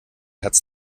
herz